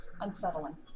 unsettling